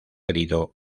herido